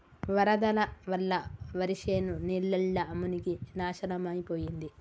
వరదల వల్ల వరిశేను నీళ్లల్ల మునిగి నాశనమైపోయింది